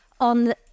on